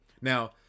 Now